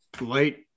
light